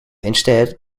instead